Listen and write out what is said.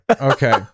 Okay